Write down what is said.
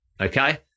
okay